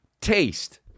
taste